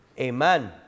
Amen